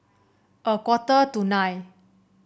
a quarter to nine